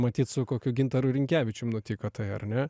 matyt su kokiu gintaru rinkevičium nutiko tai ar ne